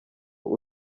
hari